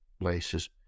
places